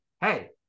hey